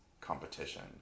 competition